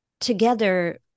Together